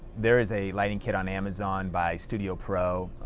there is a lighting kit on amazon by studio pro,